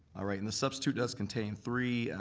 all right, and the substitute does contain three,